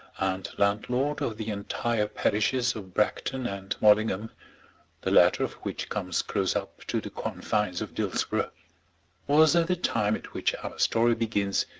and landlord of the entire parishes of bragton and mallingham the latter of which comes close up to the confines of dillsborough was at the time at which our story begins,